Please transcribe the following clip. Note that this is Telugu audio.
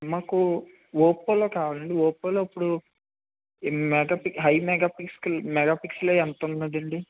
నాకు ఒప్పోలో కావాలి అండి ఒప్పోలో ఇప్పుడు mega pixels high mega pixels mega pixels ఎంత ఉంది అండి